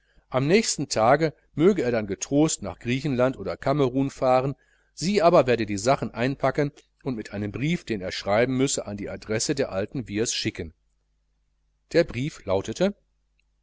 am nächsten tage möge er dann getrost nach griechenland oder kamerun fahren sie aber werde die sachen einpacken und mit einem brief den er schreiben müsse an die adresse der alten wiehrs schicken der brief lautete